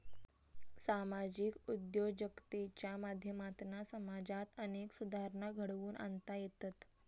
सामाजिक उद्योजकतेच्या माध्यमातना समाजात अनेक सुधारणा घडवुन आणता येतत